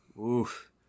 Oof